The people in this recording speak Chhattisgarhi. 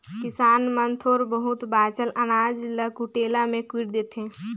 किसान मन थोर बहुत बाचल अनाज ल कुटेला मे कुइट देथे